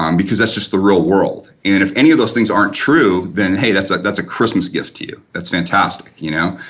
um because that's just the real world. and if any of those things aren't true, then hey, that's that's a christmas gift to you, that's fantastic you know.